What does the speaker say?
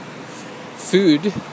food